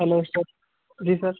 hello sir ji sir